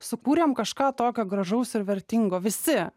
sukūrėm kažką tokio gražaus ir vertingo visi